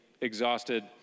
exhausted